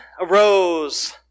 arose